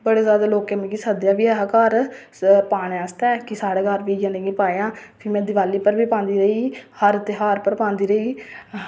ते बड़े जैदा लोकें मिगी सद्देआ बी ऐहा घर ते पाने आस्तै कि साढ़े घर बी इ'यै नेहीं पायां ते फिर में दिवाली पर बी पांदी रेही हर तेहार पर पांदी रेही